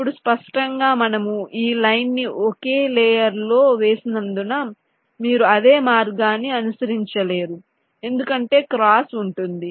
ఇప్పుడు స్పష్టంగా మనము ఈ లైన్ ని ఒకే లేయర్ లో వేసినందున మీరు అదే మార్గాన్ని అనుసరించలేరు ఎందుకంటే క్రాస్ ఉంటుంది